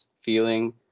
feeling